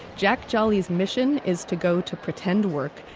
jack jolly's mission is to go to pretend work,